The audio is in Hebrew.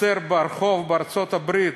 בארצות-הברית